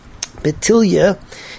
batilia